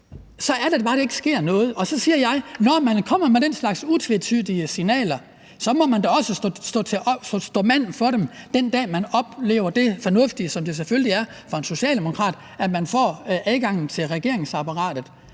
Så er det bare, at der ikke sker noget, og så siger jeg: Når man kommer med den slags utvetydige signaler, må man da også være mand for dem, den dag man oplever det fornuftige, som det selvfølgelig er for en socialdemokrat, at man får adgang til regeringsapparatet.